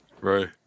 right